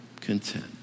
content